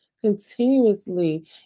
continuously